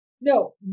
No